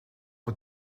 het